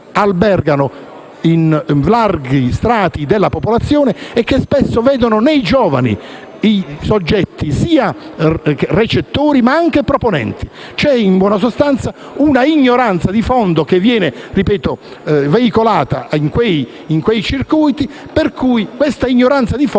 alberga in larghi strati della popolazione e che spesso vede nei giovani i soggetti sia recettori che proponenti. C'è in buona sostanza un'ignoranza di fondo che viene veicolata in quei circuiti, che va alla fine